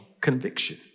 conviction